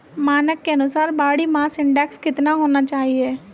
मानक के अनुसार बॉडी मास इंडेक्स कितना होना चाहिए?